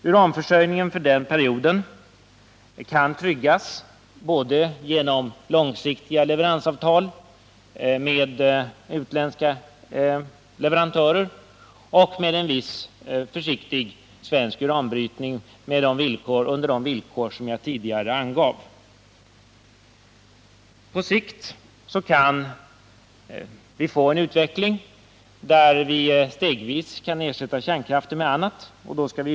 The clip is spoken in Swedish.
Uranförsörjningen för den perioden kan tryggas både genom långsiktiga leveransavtal med utländska företag och genom en viss försiktig svensk uranbrytning under de villkor som jag tidigare angav. På sikt kan vi få en utveckling där vi stegvis kan ersätta kärnkraften med andra energikällor.